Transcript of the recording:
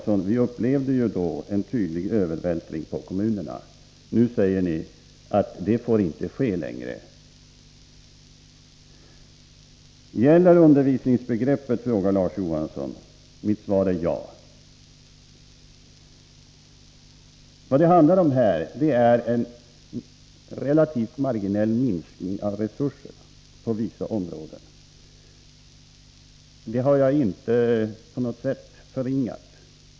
Det finns ett samband mellan de s.k. lärarlösa lektionerna och specialar Det var mycket allmänna förmuleringar, och de återkommer också i dag, men ger ingen vägledning. Generell besparing talar Larz Johansson för och nämner som föredöme den typ man gjorde under den borgerliga regeringstiden. Men, Larz Johansson, vi upplevde då en tydlig övervältring på kommunerna. Nu säger ni att det inte får ske längre. Gäller undervisningsbegreppet? frågar Larz Johansson. Mitt svar är ja. Det handlar här om en relativt marginell minskning av resurserna på vissa områden. Det har jag inte alls bortsett ifrån.